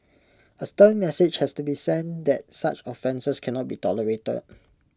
A stern message has to be sent that such offences can not be tolerated